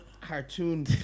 cartoon